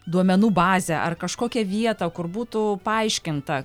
duomenų bazę ar kažkokią vietą kur būtų paaiškinta